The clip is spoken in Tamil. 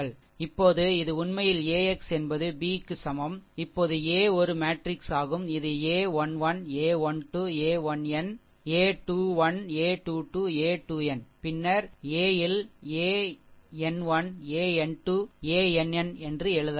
இப்போது இது உண்மையில் AX என்பது B க்கு சமம் இப்போது a ஒரு மேட்ரிக்ஸ் ஆகும் இது a 1 1 a 1 2 a 1n a 21 a 2 2 a 2n பின்னர் a ல் an1 an2 ann என்று எழுதலாம்